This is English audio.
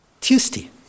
Tuesday